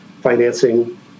financing